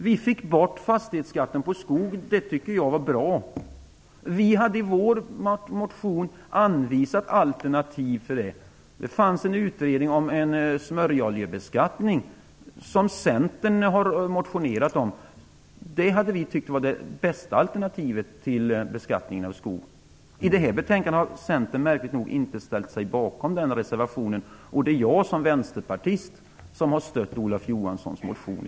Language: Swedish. Vi fick bort fastighetsskatten på skog. Det tycker jag är bra. Vi hade i vår motion anvisat alternativ. Det fanns en utredning om en smörjoljebeskattning som Centern hade motionerat om. Det hade vi tyckt vara det bästa alternativet till beskattning av skog. I detta betänkande har märkligt nog Centern inte ställt sig bakom den reservationen. Det är jag som vänsterpartist som stött Olof Johanssons motion.